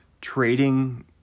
trading